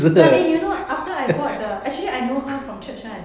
ya eh you know after I bought the actually I know her from church [one]